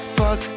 fuck